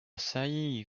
saillie